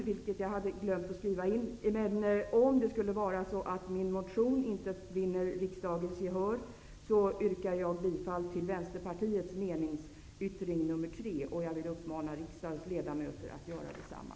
Om min motion inte skulle vinna riksdagens gehör, yrkar jag bifall till Vänsterpartiets meningsyttring nr 3. Jag vill uppmana riksdagens ledamöter att bifalla detsamma.